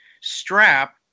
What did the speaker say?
strap